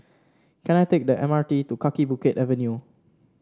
can I take the M R T to Kaki Bukit Avenue